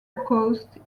coast